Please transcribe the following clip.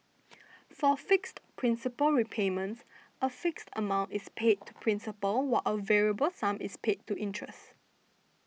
for fixed principal repayments a fixed amount is paid to principal while a variable sum is paid to interest